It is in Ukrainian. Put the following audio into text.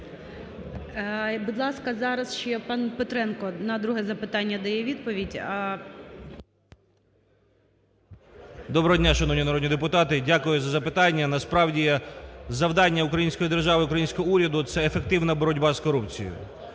Доброго дня, шановні народні депутати! Дякую за запитання. Насправді завдання української держави і українського уряду, це ефективна боротьба з корупцією